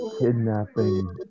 kidnapping